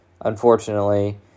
unfortunately